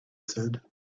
said